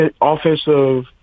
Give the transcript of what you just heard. Offensive